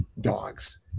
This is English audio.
dogs